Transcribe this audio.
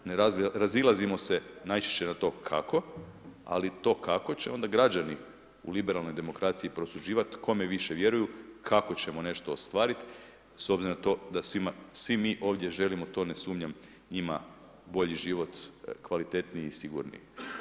Ne razilazimo se najčešće na to kako, ali to kako će onda građani u liberalnoj demokraciji prosuđivati kome više vjeruju, kako ćemo nešto ostvariti s obzirom na to da svi mi ovdje želimo u to ne sumnjam njima bolji život, kvalitetniji i sigurniji.